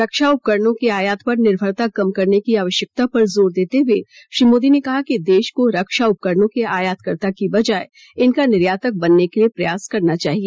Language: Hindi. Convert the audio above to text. रक्षा उपकरणों के आयात पर निर्भरता कम करने की आवश्यकता पर जोर देते हुए श्री मोदी ने कहा कि देश को रक्षा उपकरणों के आयातकर्ता की बजाय इनका निर्यातक बनने के लिए प्रयास करने चाहिए